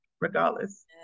Regardless